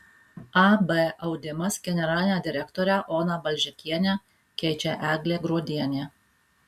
ab audimas generalinę direktorę oną balžekienę keičia eglė gruodienė